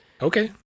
Okay